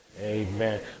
Amen